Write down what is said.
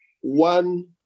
one